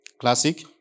Classic